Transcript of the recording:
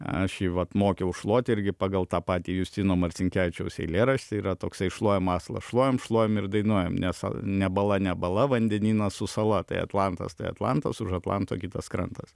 aš jį vat mokiau šluoti irgi pagal tą patį justino marcinkevičiaus eilėraštį yra toksai šluojam aslą šluojam šluojam ir dainuojam nes ne bala ne bala vandenynas su sala tai atlantas tai atlantas už atlanto kitas krantas